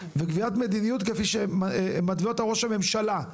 וקביעת מדיניות כפי שמתווה אותה ראש הממשלה,